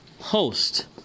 host